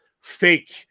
fake